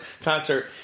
concert